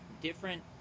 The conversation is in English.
different